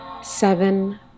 seven